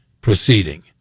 proceeding